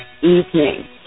evening